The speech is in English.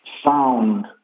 found